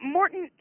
Morton